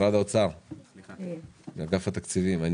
אגף התקציבים,